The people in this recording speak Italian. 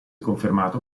confermato